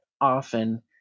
often